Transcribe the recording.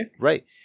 right